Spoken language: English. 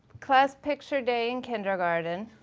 class picture day in kindergarten.